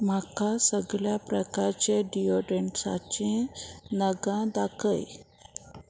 म्हाका सगळ्या प्रकारचे डिओड्रंट्सांची नगां दाखय